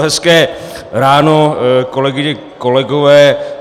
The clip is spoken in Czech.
Hezké ráno, kolegyně, kolegové.